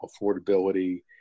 affordability